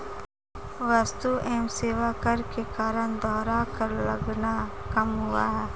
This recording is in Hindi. वस्तु एवं सेवा कर के कारण दोहरा कर लगना कम हुआ है